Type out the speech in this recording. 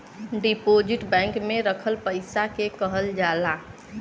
deposit bank में रखल पइसा के कहल जाला